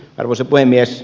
arvoisa puhemies